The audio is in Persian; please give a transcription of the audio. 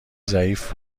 ضعیف